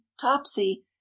topsy